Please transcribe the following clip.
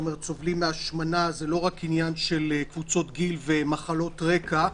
כלומר זה לא רק עניין של קבוצות גיל ומחלות רקע.